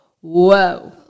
Whoa